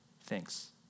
thanks